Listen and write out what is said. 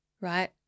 Right